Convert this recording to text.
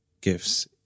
gifts